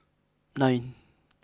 nine